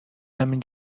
همین